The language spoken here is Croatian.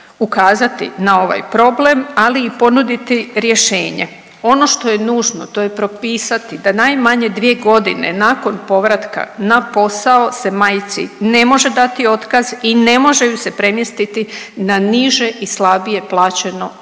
ukazati na ovaj problem, ali i ponuditi rješenje. Ono što je nužno to je propisati da najmanje 2.g. nakon povratka na posao se majci ne može dati otkaz i ne može ju se premjestiti na niže i slabije plaćeno radno